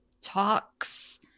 talks